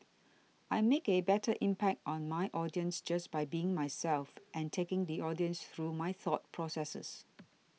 I make a better impact on my audience just by being myself and taking the audience through my thought processes